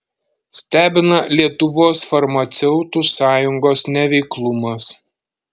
stebina lietuvos farmaceutų sąjungos neveiklumas